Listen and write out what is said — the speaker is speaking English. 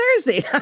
Thursday